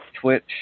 twitch